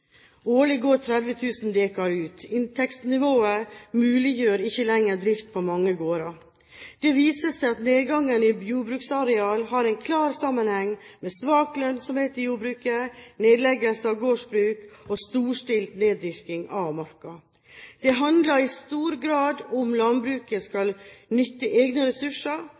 Årlig går 30 000 dekar ut. Inntektsnivået muliggjør ikke lenger drift på mange gårder. Det viser seg at nedgangen i jordbruksareal har en klar sammenheng med svak lønnsomhet i jordbruket, nedleggelse av gårdsbruk og storstilt neddyrking av marka. Det handler i stor grad om landbruket skal nytte egne ressurser,